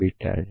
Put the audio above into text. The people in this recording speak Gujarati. બીટા છે